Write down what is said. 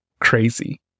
crazy